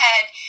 head